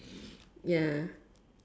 ya